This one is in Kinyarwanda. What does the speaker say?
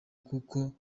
kuko